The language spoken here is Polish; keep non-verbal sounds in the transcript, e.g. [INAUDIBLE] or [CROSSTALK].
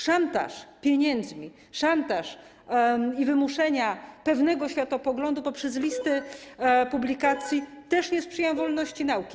Szantaż pieniędzmi, szantaż i wymuszanie pewnego światopoglądu poprzez listy [NOISE] publikacji też nie sprzyjają wolności nauki.